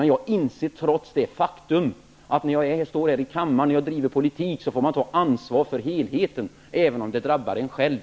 Men jag inser trots det faktum, att när man står här i kammaren, när man driver politik, får man ta ansvar för helheten, även om det drabbar en själv.